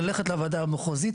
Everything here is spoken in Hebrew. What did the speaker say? לול וכו',